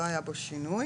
לא היה בו שינוי.